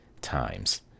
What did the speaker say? times